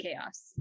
chaos